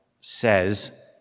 says